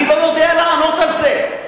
אני לא יודע לענות על זה.